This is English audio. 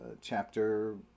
chapter